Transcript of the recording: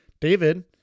David